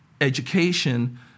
education